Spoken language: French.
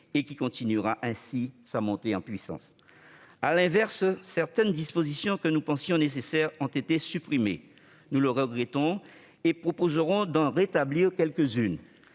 et qui poursuivra sa montée en puissance. À l'inverse, certaines dispositions que nous pensions nécessaires ont été supprimées. Nous le regrettons et proposerons d'en rétablir quelques-unes.